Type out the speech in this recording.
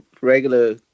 regular